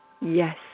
Yes